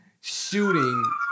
shooting